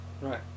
Right